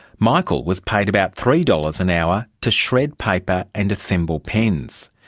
michael was paid about three dollars an hour to shred paper and assemble pens.